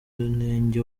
murenge